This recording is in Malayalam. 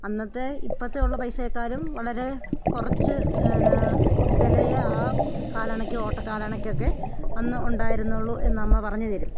അന്നത്തെ ഇപ്പോഴത്തെ ഉള്ള പൈസയെക്കാളും വളരെ കുറച്ച് എന്നാ വിലയാണ് ആ കാലണക്ക് ഓട്ടക്കാലണക്കൊക്കെ അന്ന് ഉണ്ടായിരുന്നുള്ളൂ എന്നമ്മ പറഞ്ഞു തരും